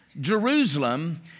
Jerusalem